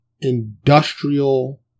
industrial